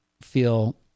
feel